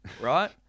right